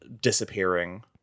disappearing